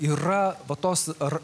yra va tos ar